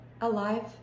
alive